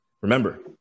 Remember